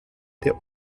der